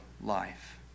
life